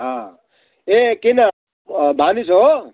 अँ ए किन अँ भानिज हो